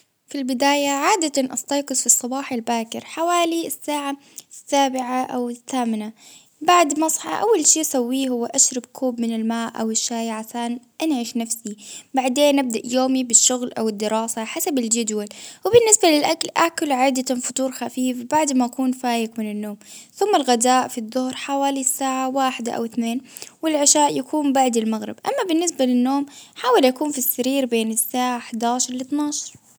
في البداية عادة أستيقظ في الصباح الباكر حوالي الساعة السابعة أو الثامنة، بعد مصحى أول شيء سويه هو أشرب كوب من الماء، أو الشاي، عشان أنعش نفسي، بعدين أبدأ يومي بالشغل، أو الدراسة حسب الجدول، وبالنسبة للأكل آكل عادة فطور خفيف بعد ما أكون فايق من النوم، ثم الغداء في الضهر حوالي ساعة واحدة ،أو اتنين ،والعشاء يكون بعد المغرب، أما بالنسبة للنوم ،حاول يكون في السرير بين الساعة إحدي عشر لإثني عشر.